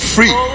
Free